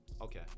Okay